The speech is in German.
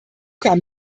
kam